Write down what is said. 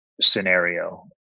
scenario